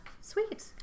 Sweet